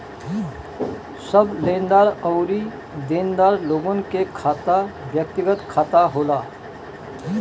सब लेनदार अउरी देनदार लोगन के खाता व्यक्तिगत खाता होला